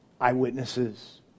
eyewitnesses